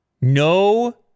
No